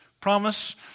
promise